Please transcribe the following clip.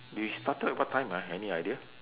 we started what time ah any idea